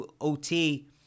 OT